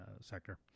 sector